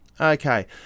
Okay